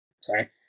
sorry